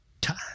time